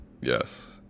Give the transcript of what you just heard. Yes